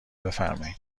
بفرمایین